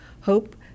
hope